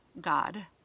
god